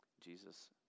Jesus